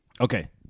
Okay